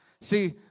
See